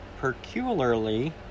peculiarly